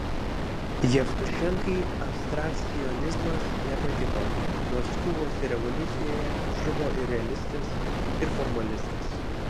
jevtušenkai abstrakcionizmas nepatiko nors kubos revoliucijoje žuvo ir realistas ir formalistas